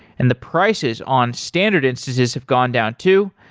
and the prices on standard instances have gone down too.